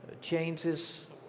changes